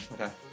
Okay